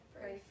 pray